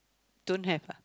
don't have ah